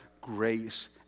grace